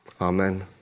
Amen